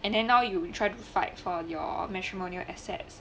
and then now you try to fight for your matrimonial assets